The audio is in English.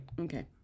Okay